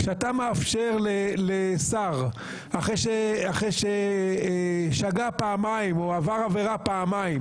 כשאתה מאפשר לשר אחרי ששגה פעמיים או עבר עבירה פעמיים